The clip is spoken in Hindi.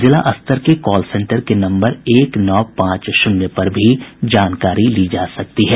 जिला स्तर के कॉल सेंटर के नम्बर एक नौ पांच शून्य पर भी जानकारी ली जा सकती है